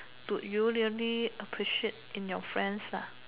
do you really appreciate in your friends lah